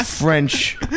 French